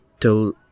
till